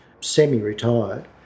semi-retired